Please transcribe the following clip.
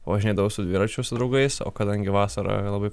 pavažinėdavau su dviračiu su draugais o kadangi vasarą labai